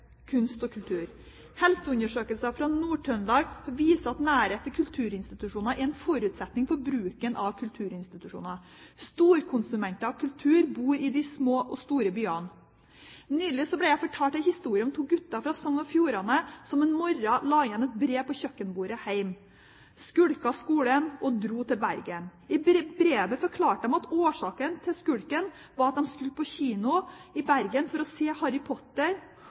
kunst og kultur. Helseundersøkelsen fra Nord-Trøndelag viser at nærhet til kulturinstitusjoner er en forutsetning for bruken av dem. Storkonsumentene av kultur bor i de små og store byene. Nylig ble jeg fortalt en historie om to gutter fra Sogn og Fjordane som en morgen la igjen et brev på kjøkkenbordet hjemme, skulket skolen og dro til Bergen. I brevet forklarte de at årsaken til skulken var at de skulle på kino i Bergen for å se